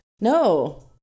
no